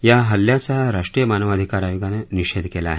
या हल्ल्याचा राष्ट्रीय मानवाधिकार आयोगानं निषेध केला आहे